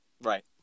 Right